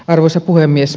arvoisa puhemies